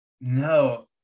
no